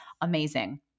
amazing